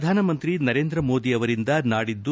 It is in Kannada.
ಪ್ರಧಾನಮಂತ್ರಿ ನರೇಂದ್ರ ಮೋದಿ ಅವರಿಂದ ನಾಡಿದ್ದು